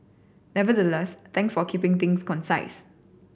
nevertheless thanks for keeping things concise